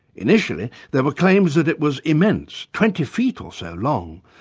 initially there were claims that it was immense, twenty feet or so long,